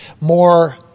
more